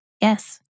Yes